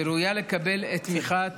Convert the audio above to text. שראויה לקבל את תמיכת